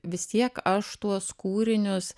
vis tiek aš tuos kūrinius